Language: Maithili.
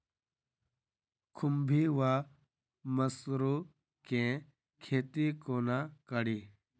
खुम्भी वा मसरू केँ खेती कोना कड़ी?